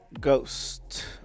Ghost